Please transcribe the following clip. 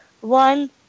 one